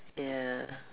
ya